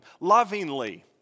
lovingly